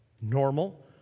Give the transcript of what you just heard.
normal